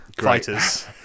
Fighters